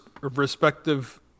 respective